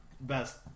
best